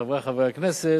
חברי חברי הכנסת,